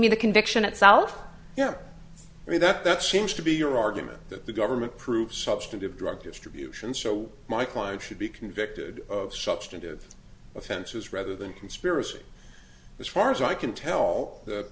mean the conviction itself yeah i mean that that seems to be your argument that the government prove substantive drug distribution so my client should be convicted of substantive offenses rather than conspiracy as far as i can tell